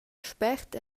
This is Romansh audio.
spert